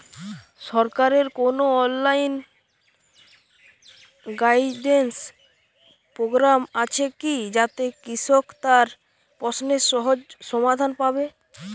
সরকারের কোনো online guidance programme আছে কি যাতে কৃষক তার প্রশ্নের সহজ সমাধান পাবে?